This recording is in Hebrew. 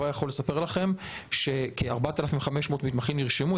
ואני כבר יכול לספר לכם שכ-4,500 מתמחים נרשמו,